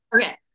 Okay